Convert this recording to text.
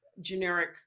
generic